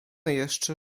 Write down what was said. jeszcze